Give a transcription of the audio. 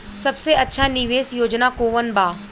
सबसे अच्छा निवेस योजना कोवन बा?